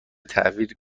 تحویل